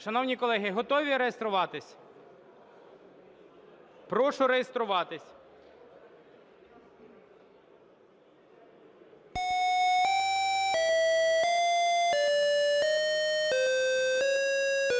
Шановні колеги, готові реєструватись? Прошу реєструватись.